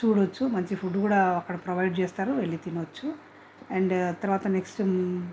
చూడొచ్చు మంచి ఫుడ్ కూడా అక్కడ ప్రొవైడ్ చేస్తారు వెళ్ళి తినొచ్చు అండ్ తర్వాత నెక్స్ట్